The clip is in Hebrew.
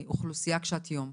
אוכלוסייה קשת יום.